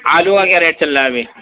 آلو کا کیا ریٹ چل رہا ہے ابھی